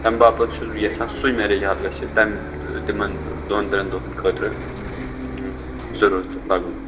تَمہِ باپَتھ چھُس بہٕ یَژھان سُے مٮ۪ریج ہال گژھِ تَمہِ تِمَن دۄن ترٛٮ۪ن دۄہَن خٲطرٕ ضوٚرَتھ لَگُن